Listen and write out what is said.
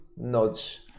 nods